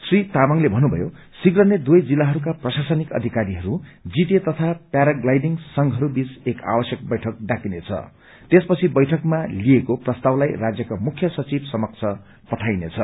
श्री तामाङले भन्नुपयो शीप्र नै दुवै जिल्लाहरूका प्रशासनिक अधिकारीहरू जीदीए तथा प्याराग्लाइडिंग संघहरू वीच एक आवश्यक वैठक डाकिनेछ त्यसपछि वैठकमा लिएको प्रस्तावलाई राज्यका मुख्य सचिव समक्ष पठाइनेछ